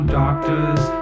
doctors